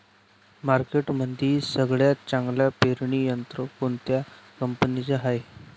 मार्केटमंदी सगळ्यात चांगलं पेरणी यंत्र कोनत्या कंपनीचं हाये?